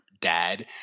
dad